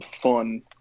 fun